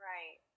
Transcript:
Right